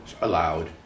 allowed